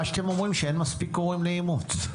אתם אומרים שאין מספיק הורים לאימוץ.